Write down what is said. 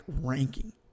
ranking